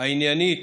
העניינית